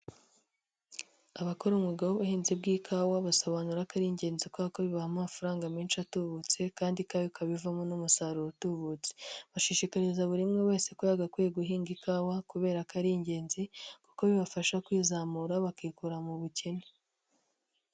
Abakora umga w'ubuhinzi bw'ikawa basobanura ko ari ingenzi kubera ko bibaha amafaranga menshi atubutse kandi ikawa ikaba ivamo n'umusaruro utubutse, bashishikariza buri umwe wese ko yagakwiye guhinga ikawa kubera ko ari ingenzi kuko bibafasha kwiyizamura bakikura mu bukene.